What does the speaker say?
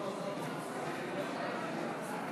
חברים בסיעת ש"ס יסבירו לחבר הכנסת בן צור מה מצביעים בהצעות